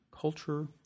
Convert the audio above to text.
culture